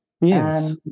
Yes